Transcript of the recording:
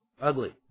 Ugly